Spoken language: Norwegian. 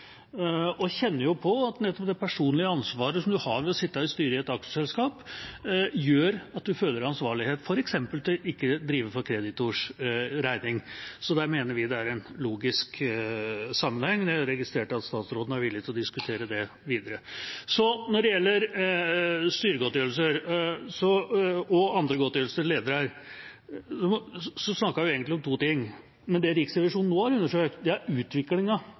og kjenner på at nettopp det personlige ansvaret som en har ved å sitte i styret i et aksjeselskap, gjør at en føler ansvarlighet, f.eks. til ikke å drive på kreditors regning. Så der mener vi det er en logisk sammenheng, og jeg registrerte at statsråden er villig til å diskutere det videre. Når det gjelder styregodtgjørelser og andre godtgjørelser til ledere, snakker vi egentlig om to ting. Det Riksrevisjonen nå har undersøkt, er utviklingen i perioden og ikke nivået på det enkelte styreverv. Det er